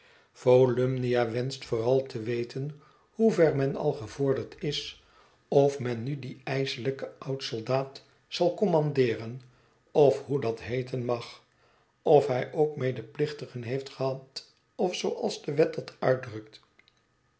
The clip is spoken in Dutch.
volumnia wenscht vooral te weten hoever men al gevorderd is of men nu dien ijselijken oud soldaat zal condamneeren of hoe dat heeten mag of hij ook medeplichtigen heeft gehad of zooals de wet dat